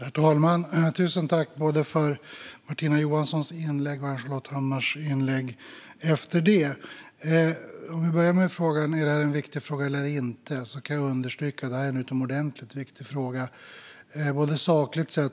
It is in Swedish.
Herr talman! Tusen tack för både Martina Johanssons inlägg och Ann-Charlotte Hammar Johnssons inlägg efter det! För att börja med frågan om detta är en viktig fråga eller inte kan jag understryka att det är en utomordentligt viktig fråga, inte bara sakligt sett.